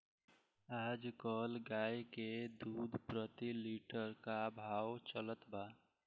आज कल गाय के दूध प्रति लीटर का भाव चलत बा?